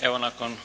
Evo, nakon